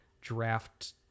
draft